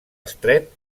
estret